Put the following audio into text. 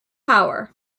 power